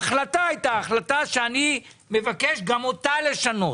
ההחלטה הייתה החלטה שאני מבקש גם אותה לשנות.